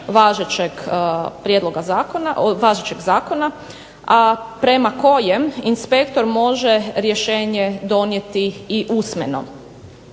važećeg zakona, a prema kojem inspektor može rješenje donijeti i usmeno.